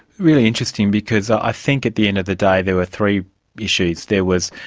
really interesting, because i think at the end of the day there were three issues there was,